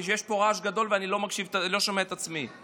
כי יש פה רעש גדול ואני לא שומע את עצמי.